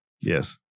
Yes